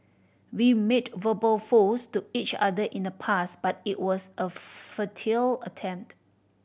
we made verbal vows to each other in the past but it was a futile attempt